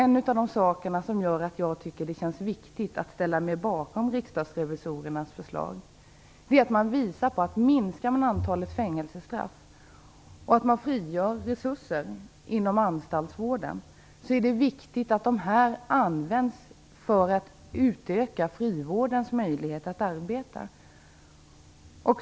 En av de saker som gör att jag tycker känns viktigt att man skall ansluta sig till riksdagsrevisorernas förslag är att det när det gäller en minskning av antalet fängelsestraff och ett frigörande av resurser inom anstaltsvården är väsentligt att de här resurserna används till att utöka frivårdens möjligheter att arbeta.